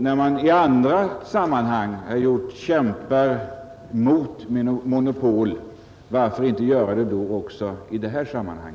När man i andra sammanhang kämpar mot monopol, varför då inte göra det också i detta sammanhang?